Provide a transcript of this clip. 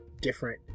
different